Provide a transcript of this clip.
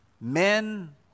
Men